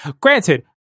Granted